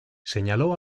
señaló